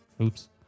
Oops